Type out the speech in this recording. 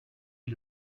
est